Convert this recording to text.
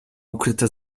ukryte